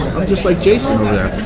just like jason over there,